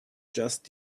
just